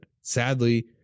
Sadly